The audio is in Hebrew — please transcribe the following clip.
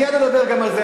מייד אדבר גם על זה.